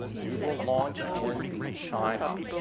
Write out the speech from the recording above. we will launch in china